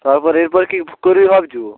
তারপর এরপর কী করবে ভাবছ